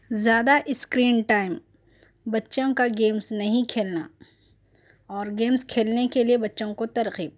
زیادہ screen time بچوں کا گیمس نہیں کھیلنا اور گیمس کھیلنے کے لئے بچوں کو ترغیب